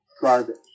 garbage